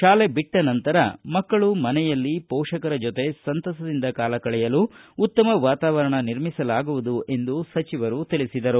ಶಾಲೆ ಬಿಟ್ಟ ನಂತರ ಮಕ್ಕಳು ಮನೆಯಲ್ಲಿ ಪೋಷಕರ ಜೊತೆ ಸಂತಸದಿಂದ ಕಾಲ ಕಳೆಯಲು ಉತ್ತಮ ವಾತಾವರಣ ನಿರ್ಮಿಸಲಾಗುವುದು ಎಂದು ಸಚಿವರು ತಿಳಿಸಿದರು